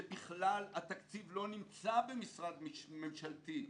התקציב לא נמצא במשרד ממשלתי.